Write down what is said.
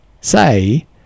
say